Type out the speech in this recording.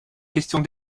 questions